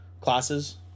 classes